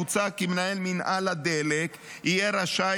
מוצע כי מנהל מינהל הדלק יהיה רשאי